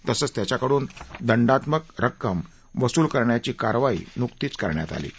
तसंच त्यांच्याकडून दंडात्मक रक्कम वसूल करण्याची कारवाई नुकतीच करण्यात आली आहे